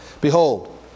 Behold